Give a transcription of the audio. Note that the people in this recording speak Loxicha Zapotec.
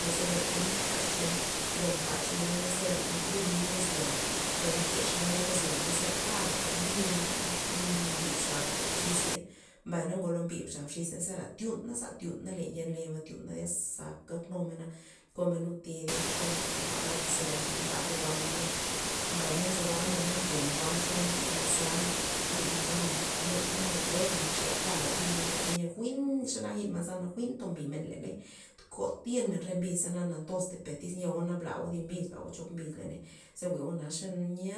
naze benta lij taxmena lo mdaxmena na zera yubin lo zi'a lo mkexmena lo zi'a nazera taga mbiy yib xab xis ney, mbay ngolo mbi xap xis ney zera tyuna- tyuna len yen leba tyuna zyasa gad numena komen lud ted yekney komen jwa'na ze brid ndab ya jwa'n men naba, mbay nzo roamen na ndyen jwa'xa nak yi'n manzan, yi'n manzana na tyun naweba naxe taga teyia jwi'n xanak yi'n manzana jwi'n tombimen leney kotirmen re mbiza na natoztey per liz nyeo blao thi biza blao chop mbiz leney ze jwi'o na ze